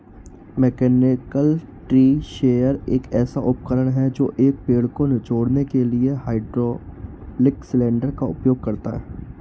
mechanical tree shaker एक ऐसा उपकरण है जो एक पेड़ को निचोड़ने के लिए हाइड्रोलिक सिलेंडर का उपयोग करता है